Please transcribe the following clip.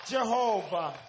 Jehovah